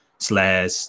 slash